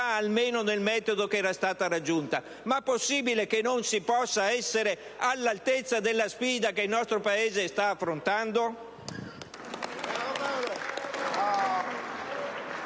almeno nel metodo, era stata raggiunta. Ma possibile che non si possa essere all'altezza della sfida che il nostro Paese sta affrontando?